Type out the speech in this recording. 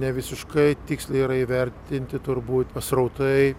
ne visiškai tiksliai yra įvertinti turbūt srautai